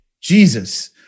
Jesus